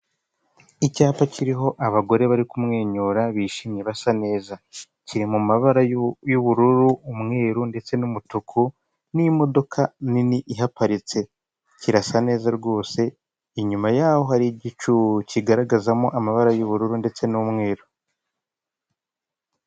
Icyapa kiriho abagore bari kumwenyura bishimye basa neza, kiri mu mabara y'ubururu, umweru ndetse n'umutuku n'imodoka nini ihaparitse kirasa neza rwose inyuma yaho hari igicu kigaragazamo amabara y'ubururu ndetse n'umweru.